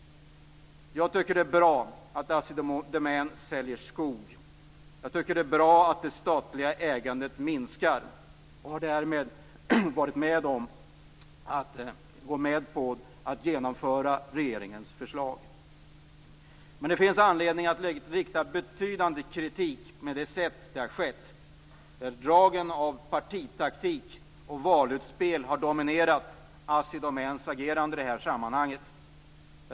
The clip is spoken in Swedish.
Jag tycker att det är bra att Assi Domän säljer skog. Jag tycker att det är bra att det statliga ägandet minskar och har därmed medverkat till ett genomförande av regeringens förslag. Men det finns anledning att rikta betydande kritik mot det sätt på vilket detta har skett. Partitaktiken och valutspelen har dominerat agerandet vad gäller Assi Domän i detta sammanhang.